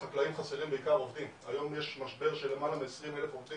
גם פומבית,